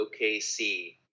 OKC